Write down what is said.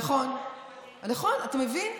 נכון, נכון, אתה מבין?